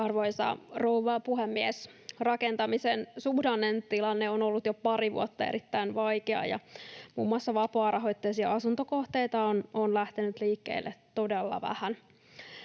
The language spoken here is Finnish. Arvoisa rouva puhemies! Rakentamisen suhdannetilanne on ollut jo pari vuotta erittäin vaikea, ja muun muassa vapaarahoitteisia asuntokohteita on lähtenyt liikkeelle todella vähän.